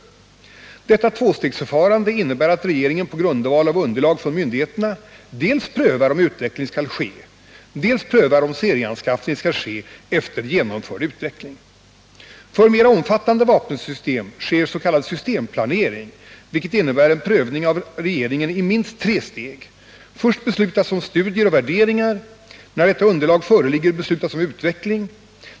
Detta tvåstegsförfarande innebär att regeringen på grundval av underlag från myndigheterna dels prövar om utveckling skall ske, dels prövar om serieanskaffning skall ske efter genomförd utveckling. För mera omfattande vapensystem sker s.k. systemplanering, vilket innebär en prövning av regeringen i minst tre steg. Först beslutas om studier och värderingar. När detta underlag föreligger beslutas om utveckling.